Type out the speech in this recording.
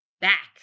back